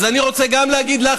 אז אני רוצה להגיד לך,